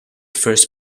first